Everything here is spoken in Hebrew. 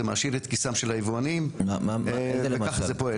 זה מעשיר את כיסם של היבואנים וככה זה פועל.